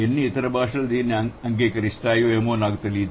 ఎన్ని ఇతర భాషలు దీన్ని అంగీకరిస్తాయి ఏమో నాకు తెలియదు